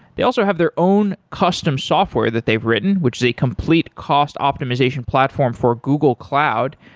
they also have their own custom software that they've written, which is a complete cost optimization platform for google cloud,